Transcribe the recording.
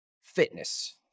fitness